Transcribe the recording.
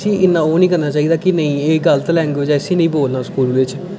इसी इन्ना ओह् नेईं करना चाहिदा कि नेईं एह् गलत लैंग्विज ऐ इसी नेईं बोलना स्कूल बिच्च